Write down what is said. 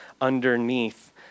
underneath